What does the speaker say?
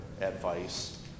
advice